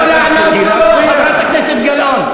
חברת הכנסת גלאון.